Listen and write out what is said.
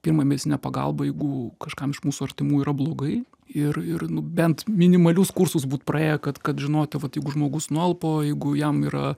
pirmąją medicininę pagalbą jeigu kažkam iš mūsų artimųjų yra blogai ir ir nu bent minimalius kursus būt praėję kad kad žinoti vat jeigu žmogus nualpo jeigu jam yra